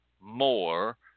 more